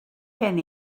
gen